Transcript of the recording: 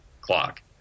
clock